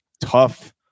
tough